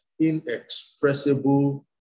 inexpressible